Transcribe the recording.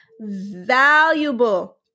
valuable